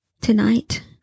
Tonight